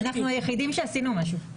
אנחנו היחידים שעשינו משהו,